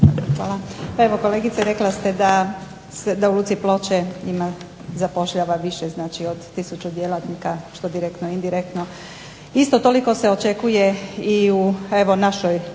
Hvala. Pa evo kolegice rekla ste da u luci Ploče ima, zapošljava više znači od 1000 djelatnika, što direktno, indirektno. Isto toliko se očekuje i u evo